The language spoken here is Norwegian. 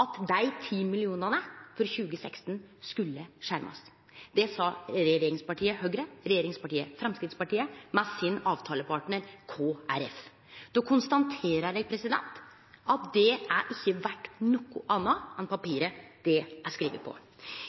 at dei 10 mill. kr for 2016 skulle bli skjerma. Det sa regjeringspartiet Høgre og regjeringspartiet Framstegspartiet, saman med sin avtalepartnar Kristeleg Folkeparti. Då konstaterer eg at det ikkje er verdt noko anna enn papiret det er skrive på.